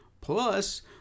plus